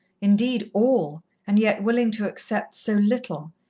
indeed all, and yet willing to accept so little,